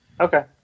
Okay